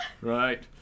Right